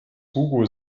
hugo